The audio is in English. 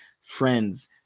Friends